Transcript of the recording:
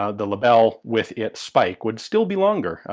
ah the lebel with its spike would still be longer,